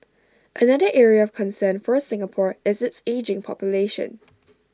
another area of concern for Singapore is its ageing population